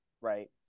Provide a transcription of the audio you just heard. right